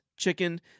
Chicken